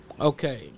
Okay